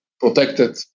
protected